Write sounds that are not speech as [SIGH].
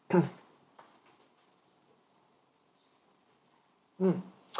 [COUGHS] mm